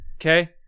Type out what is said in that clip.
okay